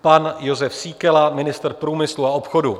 Pan Jozef Síkela, ministr průmyslu a obchodu.